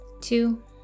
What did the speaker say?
two